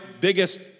biggest